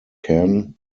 can